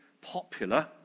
popular